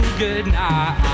goodnight